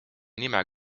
nime